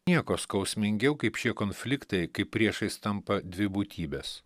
nieko skausmingiau kaip šie konfliktai kai priešais tampa dvi būtybės